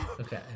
Okay